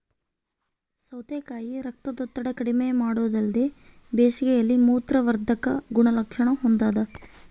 ಸೌತೆಕಾಯಿ ರಕ್ತದೊತ್ತಡ ಕಡಿಮೆಮಾಡೊದಲ್ದೆ ಬೇಸಿಗೆಯಲ್ಲಿ ಮೂತ್ರವರ್ಧಕ ಗುಣಲಕ್ಷಣ ಹೊಂದಾದ